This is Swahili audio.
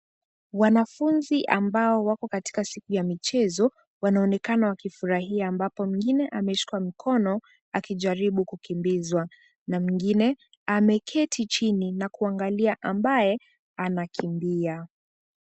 Wanafunzi ambao wako katika siku ya michezo wanaonekana wakifurahia ambapo mwingine ameshikwa mkono akijaribu kukimbizwa na mwingine ameketi chini na kuangalia ambaye anakimbia.